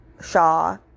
Shaw